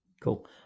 Cool